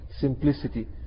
simplicity